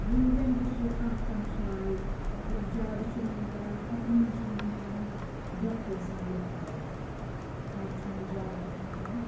وٕنکٮ۪ن تہِ چھِ کانہہ کانہہ جاے مطلب زیادٕ چھنہٕ یِمن کران ہتہٕ منٛز چھِ وٕنکیٚن اتھ دہ پٔرسنٹ لُکھ کران یہِ نتہٕ چھنہٕ یہِ زیادٕ اہم کیٛنٚہہ